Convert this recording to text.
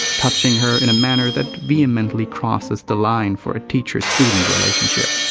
touching her in a manner that vehemently crosses the line for a teacher-student relationship.